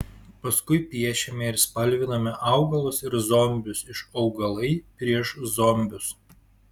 paskui piešėme ir spalvinome augalus ir zombius iš augalai prieš zombius